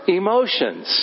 emotions